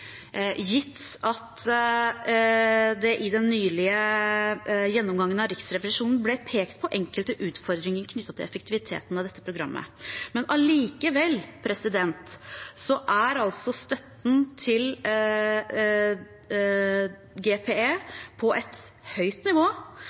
gitt at det i den nylige gjennomgangen av Riksrevisjonen ble pekt på enkelte utfordringer knyttet til effektiviteten av dette programmet. Allikevel er altså støtten til GPE